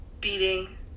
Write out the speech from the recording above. Beating